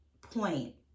point